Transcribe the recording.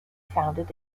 founded